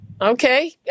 Okay